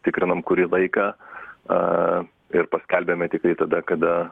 tikrinam kurį laiką ir paskelbėme tiktai tada kada